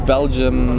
Belgium